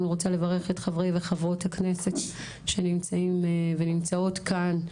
אני רוצה לברך את חברי וחברות הכנסת שנמצאים ונמצאות כאן,